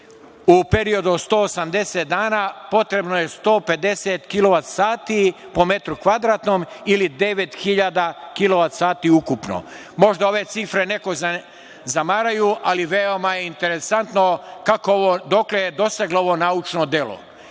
u periodu od 180 dana potrebno je 150 kilovat sati po metru kvadratnom ili 9.000 kilovat sati ukupno. Možda ove cifre nekoga zamaraju, ali veoma je interesantno dokle je doseglo ovo naučno delo.